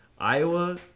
Iowa